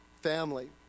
family